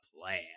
plan